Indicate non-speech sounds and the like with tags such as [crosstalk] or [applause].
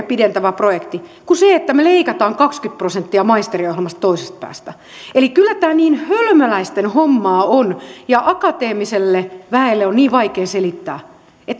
[unintelligible] pidentävä projekti kuin se että me leikkaamme kaksikymmentä prosenttia maisteriohjelmasta toisesta päästä eli kyllä tämä hölmöläisten hommaa on ja akateemiselle väelle on hyvin vaikea selittää